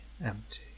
Empty